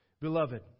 Beloved